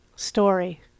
story